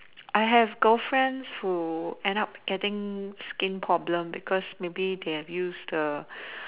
I have girlfriends who end up getting skin problem because maybe they have use the